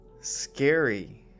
scary